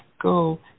go